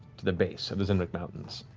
to the base of the zenwick mountains.